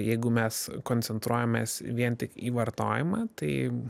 jeigu mes koncentruojamės vien tik į vartojimą tai